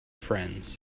friends